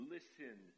Listen